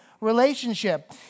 relationship